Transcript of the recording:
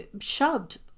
shoved